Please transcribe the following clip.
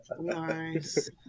Nice